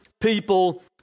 people